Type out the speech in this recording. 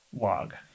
log